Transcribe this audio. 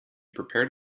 prepared